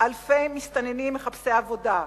אלפי מסתננים מחפשי עבודה.